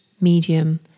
medium